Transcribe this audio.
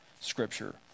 Scripture